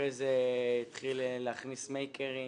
אחרי זה התחיל להכניס מייקרים.